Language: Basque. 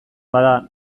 bada